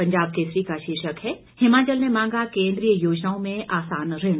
पंजाब केसरी का शीर्षक है हिमाचल ने मांगा केंद्रीय योजनाओं में आसान ऋण